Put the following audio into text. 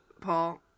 Paul